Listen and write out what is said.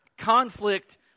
Conflict